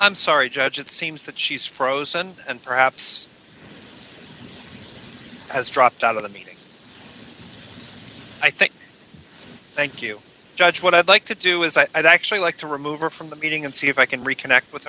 i'm sorry judge it seems that she's frozen and perhaps has dropped out of the i think thank you judge what i'd like to do is i'd actually like to remove her from the meeting and see if i can reconnect with